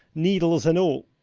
needles and all.